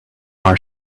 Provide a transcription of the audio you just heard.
our